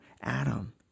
Adam